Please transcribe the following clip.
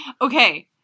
okay